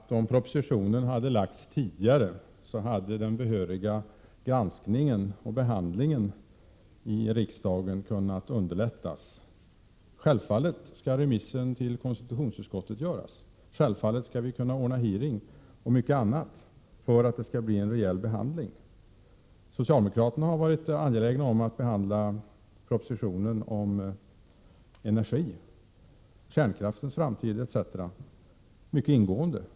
Fru talman! Faktum är ändå att om propositionen hade lagts fram tidigare, hade den behöriga granskningen och behandlingen i riksdagen underlättats. Självfallet skulle remissen till konstitutionsutskottet göras, och självfallet skall vi kunna genomföra hearingar och mycket annat för att få till stånd en rejäl beredning. Socialdemokraterna har varit angelägna om att behandla energipropositionen om kärnkraftens framtid etc. mycket ingående.